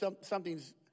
something's